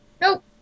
nope